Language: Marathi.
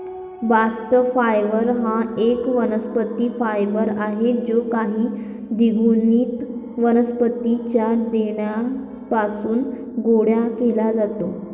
बास्ट फायबर हा एक वनस्पती फायबर आहे जो काही द्विगुणित वनस्पतीं च्या देठापासून गोळा केला जातो